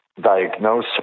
diagnose